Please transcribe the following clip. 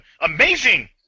amazing